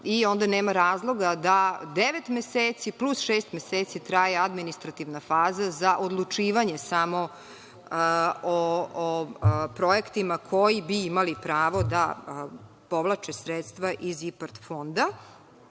i onda nema razloga da devet meseci plus šest meseci traje administrativna faza za odlučivanje samo o projektima koji bi imali pravo da povlače sredstva iz IPARD fonda